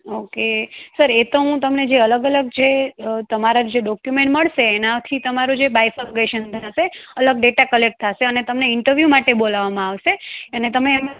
okay sir એ તો હું તમને જે અલગ અલગ જે તમારા જે ડોક્યુમેન્ટ મળશે એનાથી તમારું બાયફરગેશન થાશે અલગ ડેટા કલેક્ટ થાસે અને તમને ઈન્ટરવ્યૂ માટે બોલાવામાં આવશે અને તમે એમાં